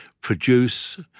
produce